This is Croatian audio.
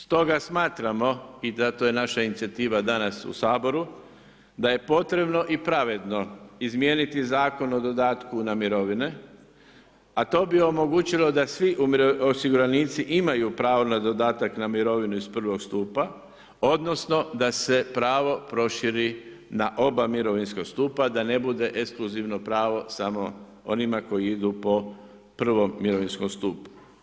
Stoga smatramo, i da, to je naša inicijativa danas u Saboru, da je potrebno i pravedno izmijeniti Zakon o dodatku na mirovine, a to bi omogućilo da svi osiguranici imaju pravo na dodatak na mirovinu iz I stupa, odnosno da se pravo proširi na oba mirovinska stupa, da ne bude ekskluzivno pravo samo onima koji idu po prvom mirovinskom stupu.